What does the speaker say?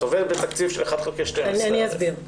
את עובדת בתקציב של 1/12. אני אסביר.